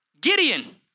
Gideon